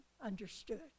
understood